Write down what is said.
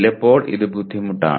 ചിലപ്പോൾ ഇത് ബുദ്ധിമുട്ടാണ്